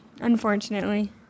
unfortunately